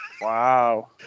Wow